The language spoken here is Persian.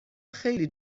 خیلی